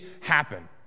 happen